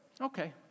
Okay